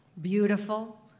beautiful